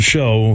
Show